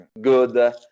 good